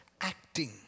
acting